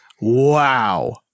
Wow